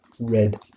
Red